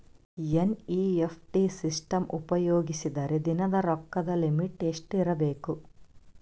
NEFT system ಉಪಯೋಗಿಸಿದರ ದಿನದ ರೊಕ್ಕದ ಲಿಮಿಟ್ ಎಷ್ಟ ಇರಬೇಕು?